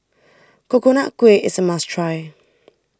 Coconut Kuih is a must try